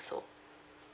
so